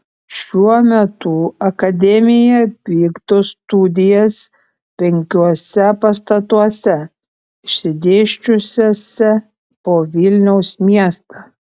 šiuo metu akademija vykdo studijas penkiuose pastatuose išsidėsčiusiuose po vilniaus miestą